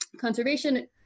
conservation